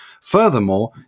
Furthermore